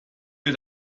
wir